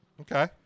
Okay